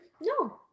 No